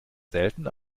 selten